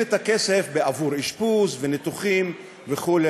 את הכסף בעבור אשפוז וניתוחים וכו'.